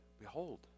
Behold